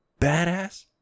badass